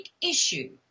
issue